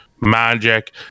Magic